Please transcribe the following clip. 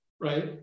right